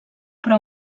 però